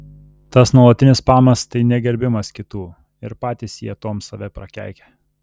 tas nuolatinis spamas tai negerbimas kitų ir patys jie tuom save prakeikia